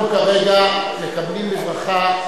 אנחנו כרגע מקדמים בברכה.